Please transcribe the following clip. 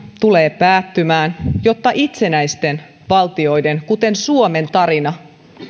tulee päättymään jotta itsenäisten valtioiden kuten suomen tarina